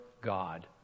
God